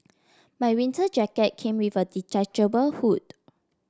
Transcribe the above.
my winter jacket came with a detachable hood